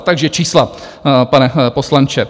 Takže čísla, pane poslanče.